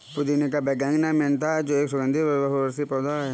पुदीने का वैज्ञानिक नाम मेंथा है जो एक सुगन्धित बहुवर्षीय पौधा है